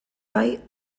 bai